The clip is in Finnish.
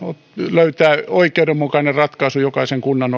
löytää oikeudenmukainen ratkaisu jokaisen kunnan